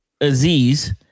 Aziz